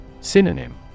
Synonym